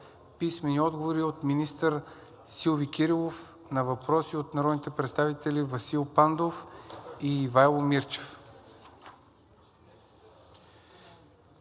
Димитров; - министър Силви Кирилов на въпроси на народните представители Васил Пандов и Ивайло Мирчев.